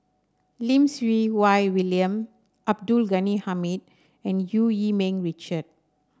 Lim Siew Wai William Abdul Ghani Hamid and Eu Yee Ming Richard